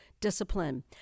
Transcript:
discipline